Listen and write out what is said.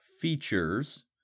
...features